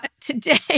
today